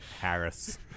harris